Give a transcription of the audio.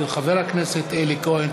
של חבר הכנסת אלי כהן.